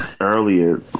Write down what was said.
earlier